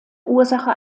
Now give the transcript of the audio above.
ursache